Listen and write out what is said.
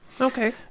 Okay